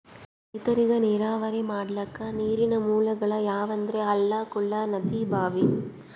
ರೈತರಿಗ್ ನೀರಾವರಿ ಮಾಡ್ಲಕ್ಕ ನೀರಿನ್ ಮೂಲಗೊಳ್ ಯಾವಂದ್ರ ಹಳ್ಳ ಕೊಳ್ಳ ನದಿ ಭಾಂವಿ